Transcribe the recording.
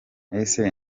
ese